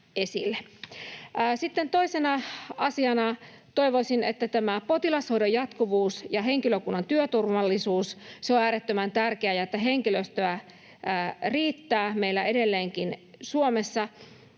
toisena asiana toivoisin potilashoidon jatkuvuudesta ja henkilökunnan työturvallisuudesta — ne ovat äärettömän tärkeitä — että henkilöstöä riittää meillä edelleenkin Suomessa.